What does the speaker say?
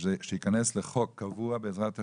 שתיכנס לחוק קבוע, בעזרת השם,